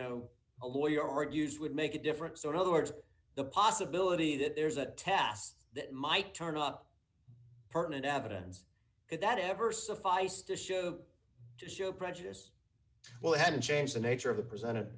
know a lawyer argues would make a difference on other words the possibility that there's a test that might turn up pertinent evidence if that ever sufficed to show to show prejudice wellhead and change the nature of the presented